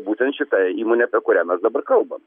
būtent šita įmonė apė kurią mes dabar kalbam